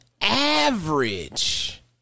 average